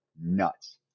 nuts